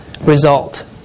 result